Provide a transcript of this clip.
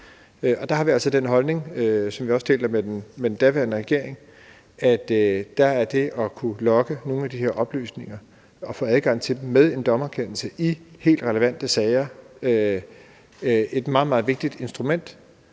der har vi altså den holdning, som vi også deler med den daværende regering, at det at kunne logge nogle af de her oplysninger og få adgang til dem – med en dommerkendelse – i helt relevante sager er et meget, meget vigtigt instrument,